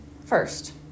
first